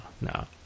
no